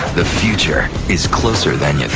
the future is closer than you